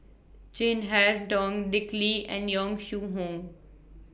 Chin Harn Tong Dick Lee and Yong Shu Hoong